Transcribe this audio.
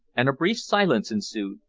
and a brief silence ensued,